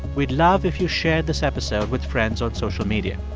we'd love if you shared this episode with friends on social media.